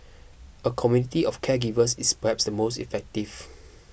a community of caregivers is perhaps the most effective